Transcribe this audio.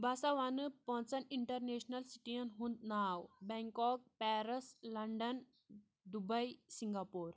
بَہ سَا وَنہٕ پانٛژَن اِنٹَرنیشنَل سِٹی یَن ہُنٛد ناو Bangkok Paris London Dubai Singapore